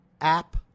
app